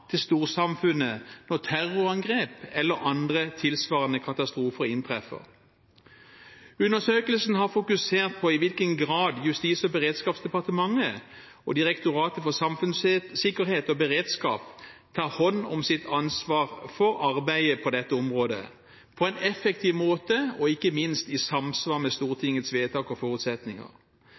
til storsamfunnet når terrorangrep eller andre tilsvarende katastrofer inntreffer. Undersøkelsen har fokusert på i hvilken grad Justis- og beredskapsdepartementet og Direktoratet for samfunnssikkerhet og beredskap tar hånd om sitt ansvar for arbeidet på dette området på en effektiv måte og ikke minst i samsvar med Stortingets vedtak og forutsetninger.